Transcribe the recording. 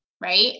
right